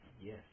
Yes